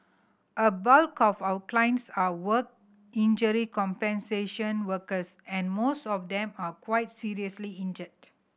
a bulk of our clients are work injury compensation workers and most of them are quite seriously injured